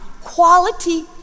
quality